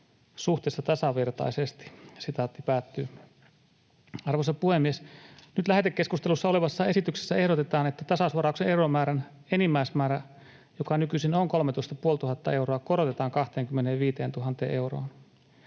suhteessa tasavertaisesti.” Arvoisa puhemies! Nyt lähetekeskustelussa olevassa esityksessä ehdotetaan, että tasausvarauksen euromäärän enimmäismäärä, joka nykyisin on 13 500 euroa, korotetaan 25 000 euroon.